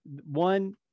one